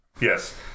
Yes